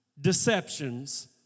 deceptions